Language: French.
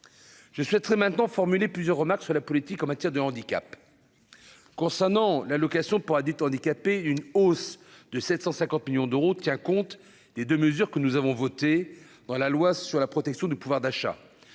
je souhaiterais maintenant formuler plusieurs remarques sur la politique en matière de handicap concernant l'allocation pour dites handicapé d'une hausse de 750 millions d'euros, tient compte des de mesures que nous avons voté dans la loi sur la protection du pouvoir d'achat,